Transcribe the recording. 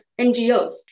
NGOs